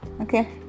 Okay